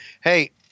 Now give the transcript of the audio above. hey